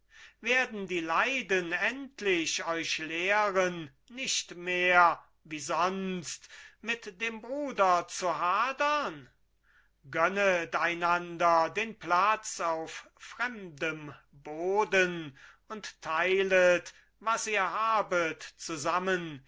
werden die leiden endlich euch lehren nicht mehr wie sonst mit dem bruder zu hadern gönnet einander den platz auf fremdem boden und teilet was ihr habet zusammen